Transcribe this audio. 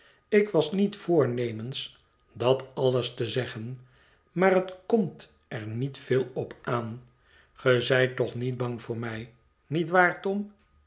ik was niet voornemens dat alles te zeggen maar het komt er niet veel op aan ge zijt toch niet bang voor mij niet waar tom